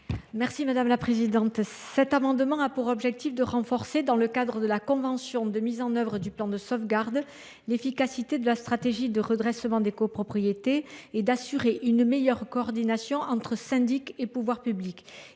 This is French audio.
Mme Viviane Artigalas. Cet amendement a pour objectif de renforcer, dans le cadre de la convention de mise en œuvre du plan de sauvegarde, l’efficacité de la stratégie de redressement des copropriétés, ainsi que d’assurer une meilleure coordination entre syndics et pouvoirs publics.